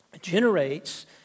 generates